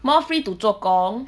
more free to 做工